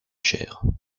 chers